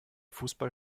fußball